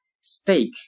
steak